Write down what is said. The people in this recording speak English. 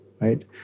right